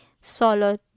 solo